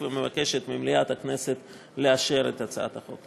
ומבקשת ממליאת הכנסת לאשר את הצעת החוק.